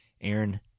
Aaron